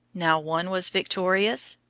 now one was victorious,